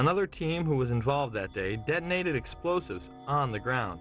another team who was involved that day detonated explosives on the ground